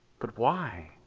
but why?